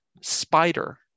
Spider